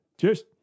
Cheers